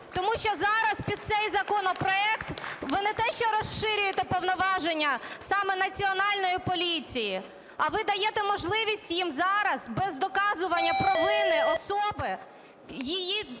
Тому що зараз під цей законопроект, ви не те що розширюєте повноваження саме Національної поліції, а ви даєте їм зараз без доказування провини особи її